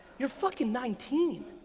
you're fucking nineteen,